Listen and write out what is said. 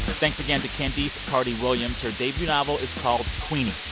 thanks again to candice carty-williams. her debut novel is called queenie.